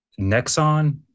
Nexon